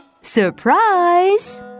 Surprise